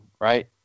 right